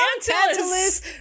Tantalus